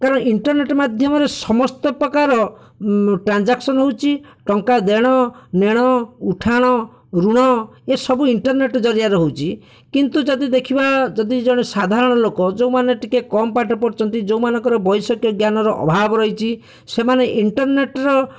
ତେଣୁ ଇଣ୍ଟର୍ନେଟ ମାଧ୍ୟମରେ ସମସ୍ତ ପ୍ରକାର ଟ୍ରାଞ୍ଜାକ୍ସନ୍ ହେଉଛି ଟଙ୍କା ଦେଣ ନେଣ ଉଠାଣ ଋଣ ଏସବୁ ଇଣ୍ଟର୍ନେଟ ଜରିଆରେ ହେଉଛି କିନ୍ତୁ ଯଦି ଦେଖିବା ଯଦି ଜଣେ ସାଧାରଣ ଲୋକ ଯେଉଁମାନେ ଟିକିଏ କମ୍ ପାଠ ପଢ଼ିଛନ୍ତି ଯେଉଁମାନଙ୍କର ବୈଷୟିକ ଜ୍ଞାନର ଅଭାବ ରହିଛି ସେମାନେ ଇଣ୍ଟର୍ନେଟର